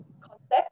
concept